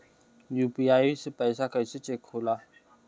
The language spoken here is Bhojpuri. यू.पी.आई से पैसा कैसे चेक होला?